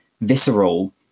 visceral